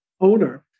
owner